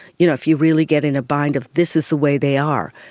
you know, if you really get in a bind of this is the way they are,